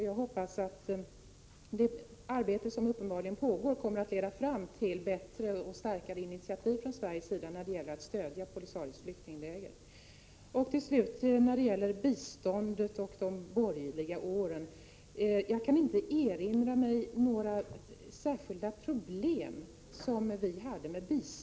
Jag hoppas att det arbete som uppenbarligen pågår kommer att leda fram till bättre och starkare initiativ från Sveriges sida när det gäller att stödja Polisarios flyktingläger. Vad gäller biståndet och de borgerliga åren kan jag inte erinra mig några särskilda problem som vi hade.